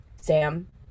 Sam